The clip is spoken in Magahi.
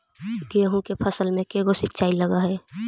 गेहूं के फसल मे के गो सिंचाई लग हय?